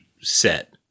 set